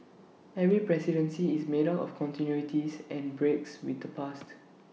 every presidency is made up of continuities and breaks with the past